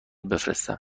بفرستم